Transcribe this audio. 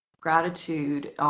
gratitude